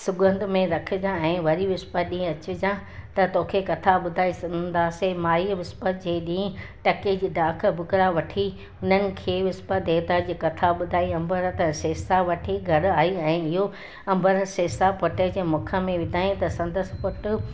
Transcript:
सुगंध में रखिजांइ ऐं वरी विस्पति ॾींहुं अचिजांइ त तोखे कथा ॿुधाए सघंदासीं माईअ विस्पति जे ॾींहुं टके जी ॾाखु भुॻिड़ा वठी उन्हनि खे विस्पति देविता जी कथा ॿुधाईं अम्बृत ऐं सेसा वठी घर आई ऐं इहो अम्बृतु सेसा पुट जे मुख में विधाईं त संदसि पुटु